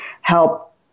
help